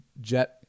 Jet